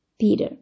Peter